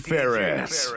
Ferris